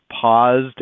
paused